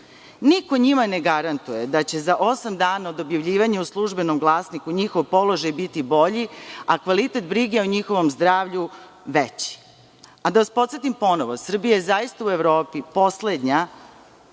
Niko njima ne garantuje da će za osam dana od objavljivanja u „Službenom glasniku“ njihov položaj biti bolji, a kvalitet brige o njihovom zdravlju veći. Da vas podsetim ponovo, Srbija je zaista u Evropi poslednja